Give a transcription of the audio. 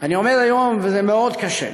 אני עומד היום, וזה מאוד קשה לי,